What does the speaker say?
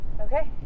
Okay